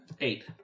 eight